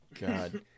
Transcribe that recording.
god